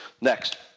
Next